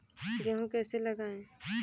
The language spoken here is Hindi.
गेहूँ कैसे लगाएँ?